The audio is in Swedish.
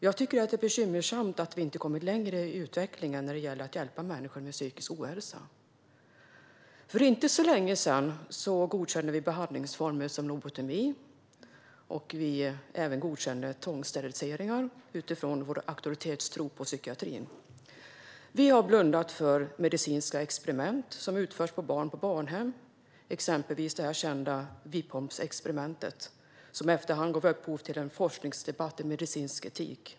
Jag tycker att det är bekymmersamt att vi inte kommit längre i utvecklingen när det gäller att hjälpa människor med psykisk ohälsa. För inte så länge sedan godkände vi behandlingsformer som lobotomi och tvångssteriliseringar utifrån vår auktoritetstro på psykiatrin. Vi har blundat för medicinska experiment som utförts på barn på barnhem, exempelvis det kända Vipeholmsexperimentet, som i efterhand gav upphov till en forskningsdebatt om medicinsk etik.